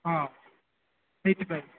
ହଁ ସେଇଥିପାଇଁ